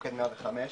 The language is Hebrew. מוקד 105,